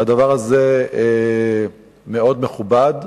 והדבר הזה מאוד מכובד.